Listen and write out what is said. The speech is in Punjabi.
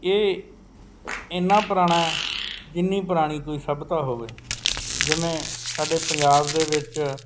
ਇਹ ਇੰਨਾ ਪੁਰਾਣਾ ਹੈ ਜਿੰਨੀ ਪੁਰਾਣੀ ਕੋਈ ਸੱਭਿਅਤਾ ਹੋਵੇ ਜਿਵੇਂ ਸਾਡੇ ਪੰਜਾਬ ਦੇ ਵਿੱਚ